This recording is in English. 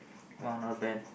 !wow! not bad